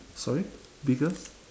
sorry biggest